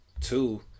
two